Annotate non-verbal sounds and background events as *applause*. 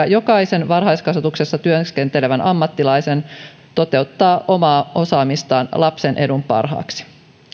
*unintelligible* jokaisen varhaiskasvatuksessa työskentelevän ammattilaisen mahdollisuuksia toteuttaa omaa osaamistaan lapsen edun parhaaksi